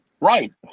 Right